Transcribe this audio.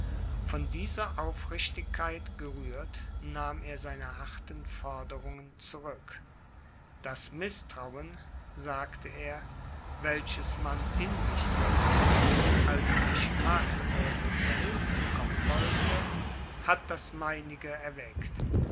von dieser aufrichtigkeit gerührt nahm er seine harten forderungen zurück das mißtrauen sagte er welches man in mich setzte als ich magdeburg zu hilfe kommen wollte hat das meinige erweckt